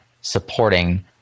supporting